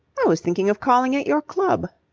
i was thinking of calling at your club.